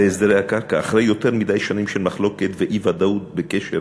אחרי יותר מדי שנים של מחלוקת ואי-ודאות בקשר